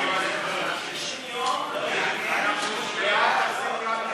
התשע"ו 2015,